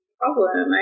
problem